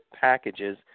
packages